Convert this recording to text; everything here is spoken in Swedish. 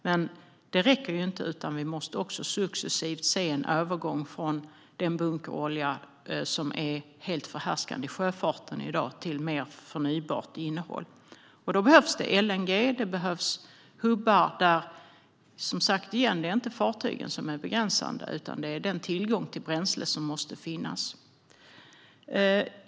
Men det räcker inte. Vi måste också successivt se en övergång från den bunkerolja som är helt förhärskande i sjöfarten i dag till mer förnybart innehåll. Då behövs det LNG och hubbar. Det är återigen inte fartygen som är det begränsande utan den tillgång till bränsle som måste finnas.